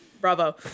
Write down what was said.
Bravo